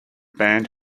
band